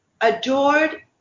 adored